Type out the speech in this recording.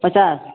पचास